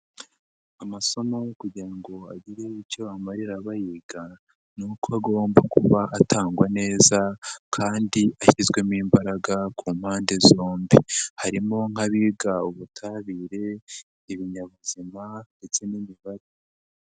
Amasomomwe kugira ngo agire icyo amarira bayiga, ni uko agomba kuba atangwa neza kandi ashyizwemo imbaraga ku mpande zombi, harimo nk'abiga ubutabire, ibinyabuzima ndetse n'imibare.